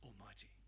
almighty